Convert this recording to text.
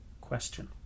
question